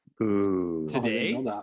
Today